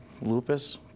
lupus